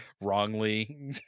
wrongly